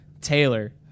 Taylor